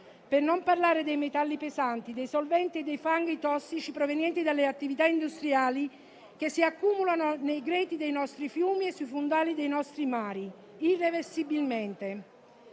per non parlare dei metalli pesanti, dei solventi e dei fanghi tossici provenienti dalle attività industriali che si accumulano irreversibilmente nei greti dei nostri fiumi e sui fondali dei nostri mari. Nel nostro mare